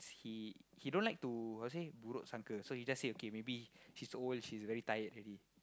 he he don't like to how say buruk sangka so he just said okay maybe she's old she's very tired already